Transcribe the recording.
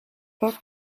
pas